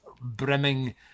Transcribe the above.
brimming